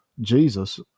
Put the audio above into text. jesus